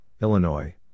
Illinois